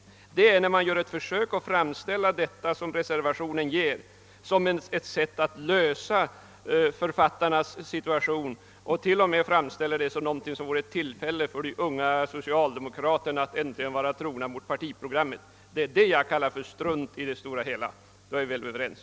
Men jag reagerar när man gör ett försök att framställa det som reservationen vill som ett sätt att lösa författarnas problem; man framställer t.o.m. de däri framförda önskemålen som om de gåve ett tillfälle för de unga socialdemokraterna att äntligen vara trogna mot partiprogrammet. Det är detta jag kallar strunt, och då är vi väl i stort sett överens.